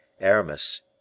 Aramis